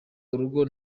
urugo